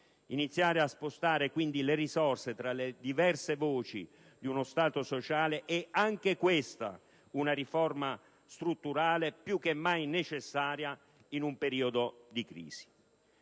Iniziare a spostare quindi le risorse tra le diverse voci di uno Stato sociale è, anche questa, una riforma strutturale più che mai necessaria in un periodo di crisi.